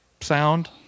sound